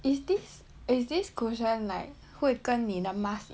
is this is this cushion like 会跟你的 mask